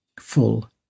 full